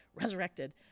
resurrected